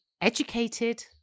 educated